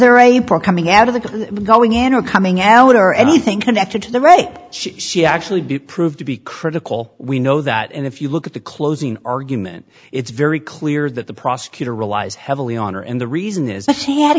there a pro coming out of the going in or coming out or anything connected to the rape she actually be proved to be critical we know that and if you look at the closing argument it's very clear that the prosecutor relies heavily on her and the reason is tha